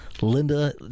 Linda